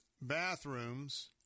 Bathrooms